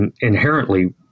inherently